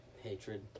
hatred